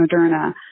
Moderna